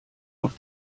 auf